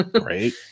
Right